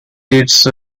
roots